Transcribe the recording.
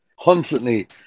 constantly